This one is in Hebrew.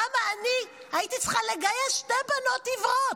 למה אני הייתי צריכה לגייס שתי בנות עיוורות?